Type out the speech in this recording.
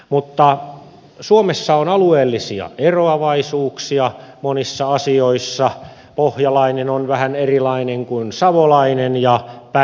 mutta suomessa on alueellisia eroavaisuuksia monissa asioissa pohjalainen on vähän erilainen kuin savolainen ja päinvastoin